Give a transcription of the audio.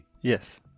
Yes